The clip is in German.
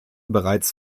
bereits